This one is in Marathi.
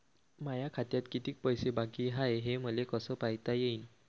माया खात्यात कितीक पैसे बाकी हाय हे मले कस पायता येईन?